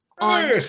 on